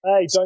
Hey